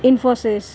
Infosys